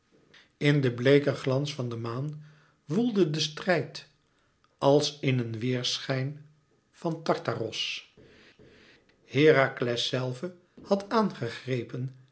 in den bleeken glans van de maan woelde de strijd als in een weêrschijn van tartaros herakles zelve had